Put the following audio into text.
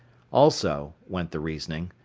also, went the reasoning,